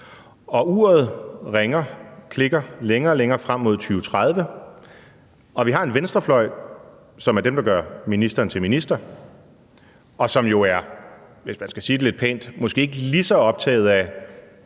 uret tikker længere og længere frem mod 2030 og vi har en venstrefløj, som er dem, der gør ministeren til minister, og som, hvis man skal sige det lidt pænt, måske ikke er lige så optaget af